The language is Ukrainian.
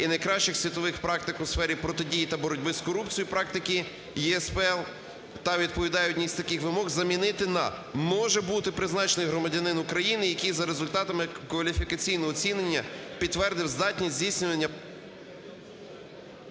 і найкращих світових практик у сфері протидії та боротьби з корупцією, практики ЄСПЛ та відповідає одній із таких вимог" замінити на "може бути призначений на може бути призначений громадянин України, який за результатами кваліфікаційногооцінення підтвердив здатність здійснювання..."